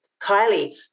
Kylie